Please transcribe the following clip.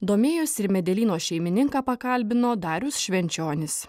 domėjosi ir medelyno šeimininką pakalbino darius švenčionis